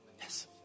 Yes